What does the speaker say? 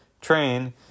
train